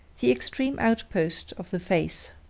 the extreme outpost of the face.